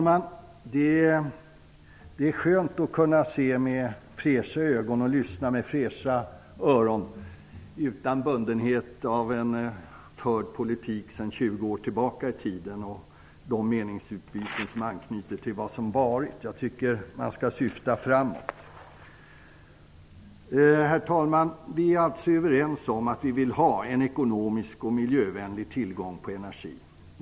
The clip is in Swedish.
Herr talman! Det är skönt att kunna se med fräscha ögon och lyssna med fräscha öron utan att vara bunden till en politik som är förd sedan 20 år tillbaka i tiden. Man anknyter till vad som har varit. Jag tycker att man skall syfta framåt. Herr talman! Vi är alltså överens om att vi vill ha en ekonomisk och miljövänlig tillgång till energi.